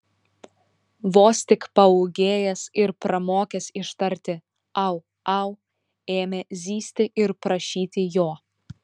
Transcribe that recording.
vos tik paūgėjęs ir pramokęs ištarti au au ėmė zyzti ir prašyti jo